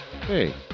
Hey